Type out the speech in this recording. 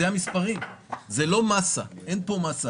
זאת לא מסה, אין פה מסה.